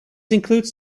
includes